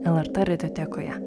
lrt radiotekoje